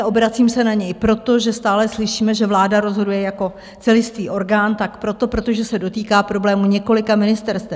Obracím se na něj, protože stále slyšíme, že vláda rozhoduje jako celistvý orgán, tak proto, protože se to dotýká problémů několika ministerstev.